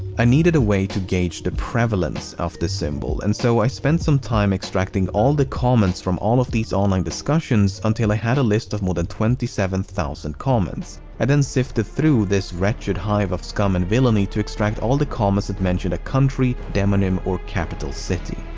i needed a way to gauge the prevalence of this symbol, and so i spent some time extracting all the comments from all of these online discussions until i had a list of more than twenty seven thousand comments i then sifted through this wretched hive of scum and villainy to extract all the comments that mentioned a country, demonym, or capital city.